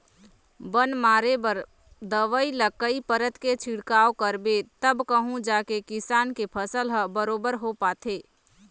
बन मारे बर दवई ल कई परत के छिड़काव करबे तब कहूँ जाके किसान के फसल ह बरोबर हो पाथे